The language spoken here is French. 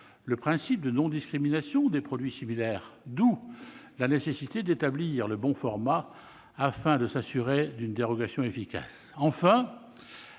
le principe de non-discrimination des produits similaires, d'où la nécessité d'établir le bon format, afin de s'assurer d'une dérogation efficace. Enfin,